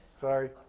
Sorry